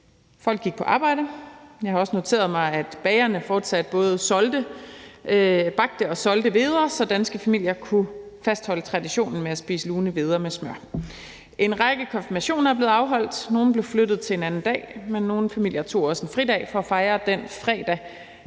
folk gik på arbejde. Jeg har også noteret mig, at bagerne fortsat både bagte og solgte hveder, så danske familier kunne fastholde traditionen med at spise lune hveder med smør. En række konfirmationer er blevet afholdt. Nogle blev flyttet til en anden dag, men nogle familier tog også en fridag for at fejre den fredag,